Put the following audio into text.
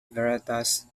veritas